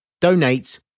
donate